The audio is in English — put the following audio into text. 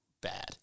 bad